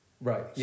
Right